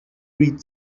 read